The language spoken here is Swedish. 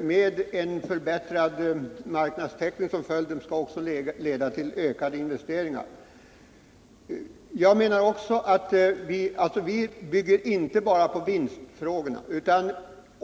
med en förbättrad marknadstäckning som följd, också skall leda till ökade investeringar. Det är inte bara vinstfrågorna som vi tillmäter betydelse.